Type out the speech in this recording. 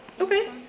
Okay